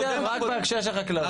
דיברתי רק בהקשר של החקלאות.